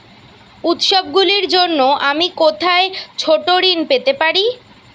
উত্সবগুলির জন্য আমি কোথায় ছোট ঋণ পেতে পারি?